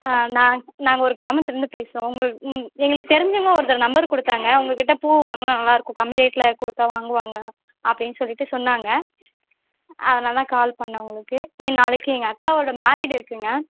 ஆ நான் நாங்கள் ஒரு கிராமத்திலேருந்து பேசுகிறோம் உங்கள் உங் எங்களுக்கு தெரிஞ்சவங்க ஒருத்தர் நம்பர் கொடுத்தாங்க உங்கள் கிட்டே பூ வாங்கினா நல்லாயிருக்கும் கம்மி ரேட்டில் கொடுத்தா வாங்குவாங்க அப்படின்னு சொல்லிட்டு சொன்னாங்க அதனால்தான் கால் பண்ணிணேன் உங்களுக்கு நாளைக்கு எங்கள் அக்காவோடய மேரேட்டு இருக்குதுங்க